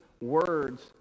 words